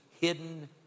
hidden